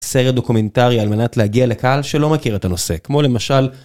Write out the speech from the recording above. סרט דוקומנטרי על מנת להגיע לקהל שלא מכיר את הנושא, כמו למשל.